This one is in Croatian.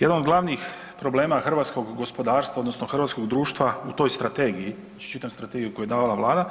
Jedan od glavnih problema hrvatskog gospodarstva odnosno hrvatskog društva u toj strategiji, čitam strategiju koju je davala Vlada,